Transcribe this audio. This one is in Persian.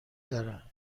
دارد